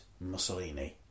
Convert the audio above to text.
Mussolini